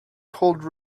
cold